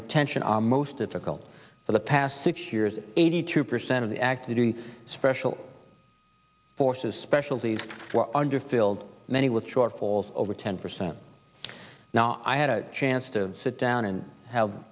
retention are most difficult for the past six years eighty two percent of the active duty special forces specialties were under filled many with shortfalls over ten percent now i had a chance to sit down and have